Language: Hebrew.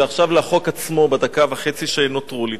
ועכשיו לחוק עצמו בדקה וחצי שנותרו לי.